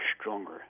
stronger